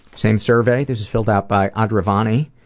same survey, this is filled out by adrivani,